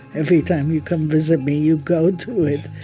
every time you come visit me you go to it,